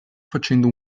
facendo